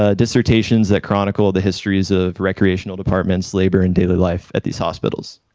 ah dissertations that chronicle the histories of recreational departments, labor and daily life at these hospitals.